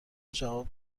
جواب